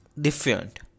different